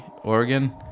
Oregon